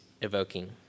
evoking